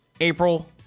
april